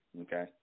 Okay